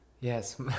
Yes